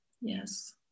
Yes